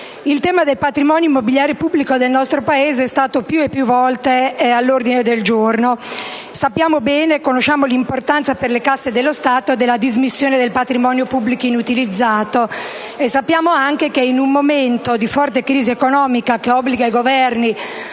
Il tema del patrimonio immobiliare pubblico del nostro Paese è stato più volte all'ordine del giorno: conosciamo bene l'importanza per le casse dello Stato della dismissione del patrimonio pubblico inutilizzato; sappiamo anche che, in un momento di forte crisi economica, che obbliga i Governi